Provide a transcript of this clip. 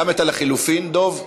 גם את ההסתייגות לחלופין, דב?